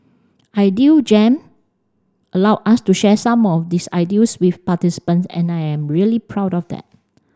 idea Jam allowed us to share some of these ideals with participants and I am really proud of that